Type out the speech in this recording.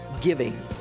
giving